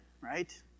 right